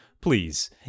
please